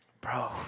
Bro